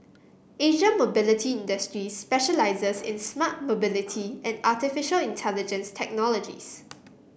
Asia Mobility Industries specialises in smart mobility and artificial intelligence technologies